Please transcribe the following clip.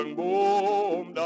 boom